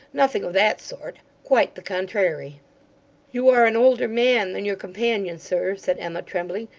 nothing of that sort. quite the contrairy you are an older man than your companion, sir said emma, trembling.